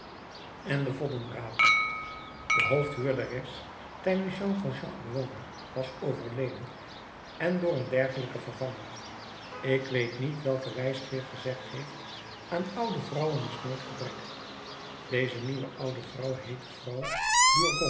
en den voddenraper de hoofdhuurderes tijdens jean valjean er woonde was overleden en door een dergelijke vervangen ik weet niet welke wijsgeer gezegd heeft aan oude vrouwen is nooit gebrek deze nieuwe oude vrouw heette vrouw